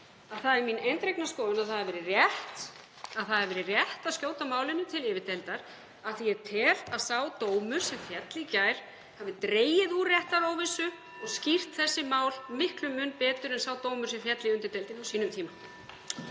Það er mín eindregna skoðun að það hafi verið rétt að skjóta málinu til yfirdeildar af því að ég tel að sá dómur sem féll í gær hafi dregið úr réttaróvissu og skýrt þessi mál miklum mun betur en sá dómur sem féll í undirdeildinni á sínum tíma.